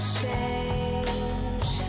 change